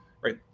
right